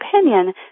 opinion